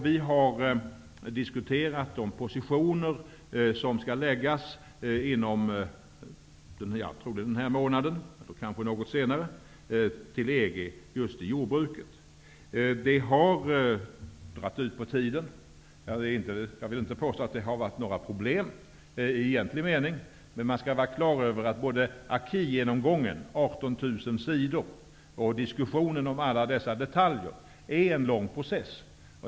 Vi har diskuterat de positioner som under denna månad -- kanske något senare -- skall föreläggas EG när det gäller jordbruket. Det har dragit ut på tiden. Jag vill inte påstå att det har varit några problem i egentlig mening. Men man skall vara klar över att både acquis-genomgången, som rör 18 000 sidor, och diskussionen om alla detaljer är en lång process.